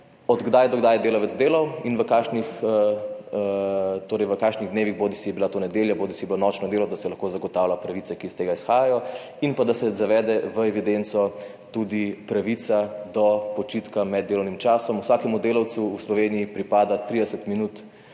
od kdaj do kdaj je delavec delal in v kakšnih, torej v kakšnih dnevih, bodisi je bila to nedelja, bodisi je bilo nočno delo, da se lahko zagotavlja pravice, ki iz tega izhajajo in pa, da se zavede v evidenco tudi pravica do počitka med delovnim časom. Vsakemu delavcu v Sloveniji pripada 30 minut